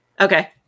Okay